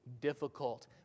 difficult